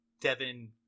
Devin